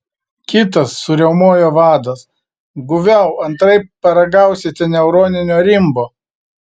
kitas suriaumojo vadas guviau antraip paragausite neuroninio rimbo